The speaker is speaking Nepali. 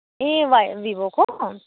A Y one भिभोको